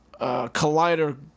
collider